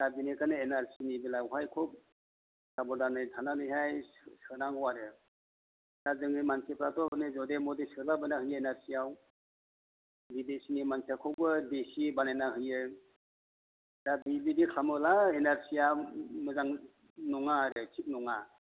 दा बेनिखायनो एनआरसिनि बेलायावहाय खुब साब'दानै थानानैहाय सो सोनांगौ आरो दा जोङो मानसिफ्राखौ जदे मदे सोलाबायनानै होयो एनआरसियाव बिदेसिनि मानसियाखौबो देशि बानायना होयो दा बिबायदि खालामोला एनआरसिया मोजां नङा आरो थिग नङा